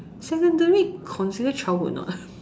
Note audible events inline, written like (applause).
secondary consider childhood or not ah (laughs)